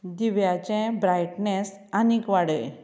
दिव्याचें brightness आनीक वाडय